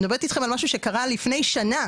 אני מדברת אתכם על משהו שקרה לפני שנה,